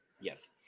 Yes